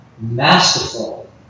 masterful